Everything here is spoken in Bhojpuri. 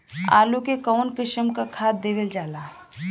आलू मे कऊन कसमक खाद देवल जाई?